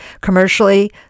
commercially